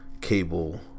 cable